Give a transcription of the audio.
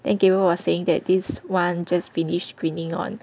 then Gabriel was saying that this one just finished screening on